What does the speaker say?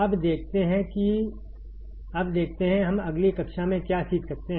अब देखते हैं हम अगली कक्षा में क्या सीख सकते हैं